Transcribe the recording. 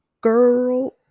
Girl